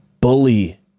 bully